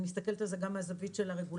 אני מסתכלת על זה גם מהזווית של הרגולטור